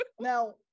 Now